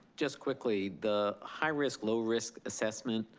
just quickly, the high risk, low risk assessment,